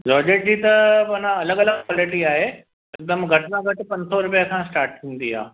georgette जी त माना अलॻि अलॻि क्वालिटी आहे हिकदमि घटि में घटि पंज सौ रुपिया खां स्टार्ट थींदी आहे